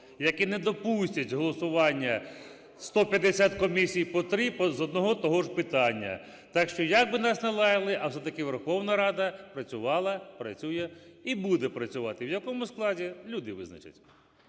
які не допустять голосування 150 комісій по три з одного і того ж питання. Так що як би нас не лаяли, а все-таки Верховна Рада працювала, працює і буде працювати, в якому складі – люди визначать.